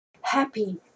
happy